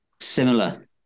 Similar